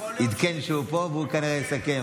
עדכן שהוא פה, והוא כנראה יסכם.